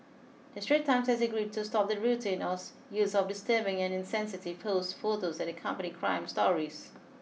the Straits Times has agreed to stop the routine use of disturbing and insensitive posed photos that accompany crime stories